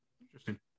Interesting